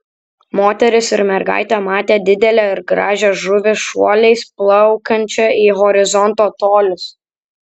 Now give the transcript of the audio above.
moteris ir mergaitė matė didelę ir gražią žuvį šuoliais plaukiančią į horizonto tolius